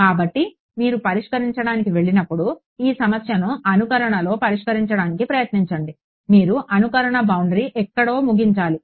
కాబట్టి మీరు పరిష్కరించడానికి వెళ్ళినప్పుడు ఈ సమస్యను అనుకరణలో పరిష్కరించడానికి ప్రయత్నించండి మీరు అనుకరణ బౌండరీ ఎక్కడో ముగించాలి